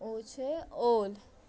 ओ छै ओल